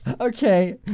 Okay